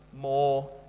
more